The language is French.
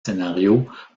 scénarios